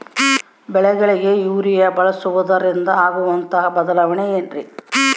ಬೆಳೆಗಳಿಗೆ ಯೂರಿಯಾ ಬಳಸುವುದರಿಂದ ಆಗುವಂತಹ ಬದಲಾವಣೆ ಏನ್ರಿ?